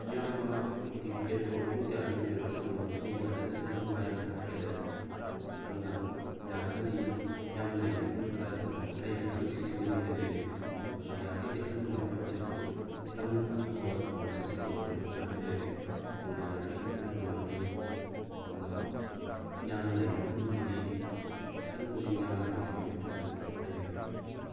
ꯏꯌꯥꯝꯕꯒꯤ ꯀꯦꯞꯇꯣ ꯄꯨꯡ ꯀꯌꯥꯗ ꯌꯧꯕꯤꯔꯛꯀꯗꯧꯅꯣ ꯑꯩꯅ ꯉꯥꯏꯖꯔꯛꯏꯁꯦ ꯄꯨꯡꯈꯥꯏ ꯑꯃ ꯈꯔ ꯍꯦꯜꯂꯦ ꯑꯗꯨꯅ ꯌꯥꯔꯒꯗꯤ ꯏꯌꯥꯝꯕꯅ ꯂꯩꯔꯤ ꯃꯐꯝꯗꯣ ꯀꯗꯥꯏꯗꯅꯣ ꯑꯩ ꯍꯧꯖꯤꯛ ꯍꯧꯖꯤꯛ ꯁꯤꯡꯖꯃꯩꯗ ꯂꯩꯔꯦ ꯑꯗꯨ ꯌꯥꯔꯒꯗꯤ ꯈꯤꯇꯪ ꯊꯨꯅ ꯂꯥꯛꯄꯤꯌꯨ ꯑꯩꯖꯨ ꯈꯤꯇꯪ ꯑꯊꯨꯕ ꯏꯃꯥꯔꯖꯦꯟꯁꯤ ꯑꯣꯏꯕ ꯊꯕꯛ ꯃꯌꯥꯝ ꯑꯃ ꯂꯩꯔꯦ ꯑꯗꯨꯅ ꯌꯥꯔꯒꯗꯤ ꯈꯤꯇꯪ ꯊꯨꯅ ꯂꯥꯛꯄꯤꯌꯨ ꯑꯗꯨ ꯏꯌꯥꯝꯕꯅ ꯂꯩꯔꯤ ꯃꯐꯝꯗꯨꯗꯒꯤ ꯈꯤꯇꯪ ꯈꯣꯡꯖꯦꯜ ꯌꯥꯡꯅ ꯂꯥꯛꯄꯤꯌꯨ ꯍꯥꯏꯅ ꯍꯥꯏꯖꯒꯦ